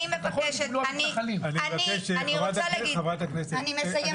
אני מבקשת --- חברת הכנסת לסקי,